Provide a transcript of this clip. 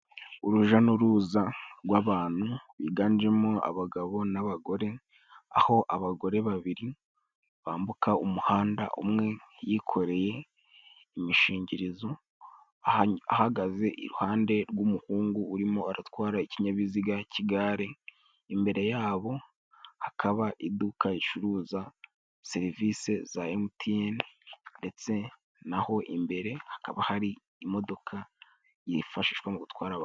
Uruja n'uruza gw'abantu biganje mo abagabo n'abagore, aho abagore babiri bambuka umuhanda, umwe yikoreye imishingirizo, ahagaze iruhande rw'umuhungu urimo aratwara ikinyabiziga cy'igare, imbere ya bo hakaba iduka ricuruza serivisi za emutiyeni, ndetse na ho imbere hakaba hari imodoka yifashishwa gutwara abagenzi.